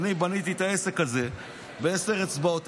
אני בניתי את העסק הזה בעשר אצבעות,